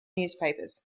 newspapers